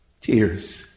tears